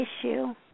issue